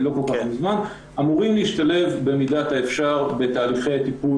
אמורים להשתלב במידת האפשר בתהליכי טיפול